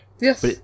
Yes